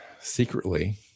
secretly